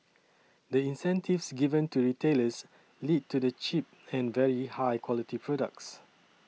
the incentives given to retailers lead to the cheap and very high quality products